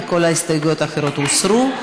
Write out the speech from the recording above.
כי כל ההסתייגויות האחרות הוסרו.